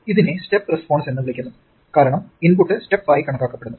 ഇതിനെ step response എന്ന് വിളിക്കുന്നു കാരണം ഇൻപുട്ട് സ്റ്റെപ്പ് ആയി കണക്കാക്കപ്പെടുന്നു